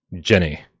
Jenny